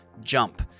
JUMP